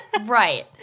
Right